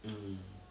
mm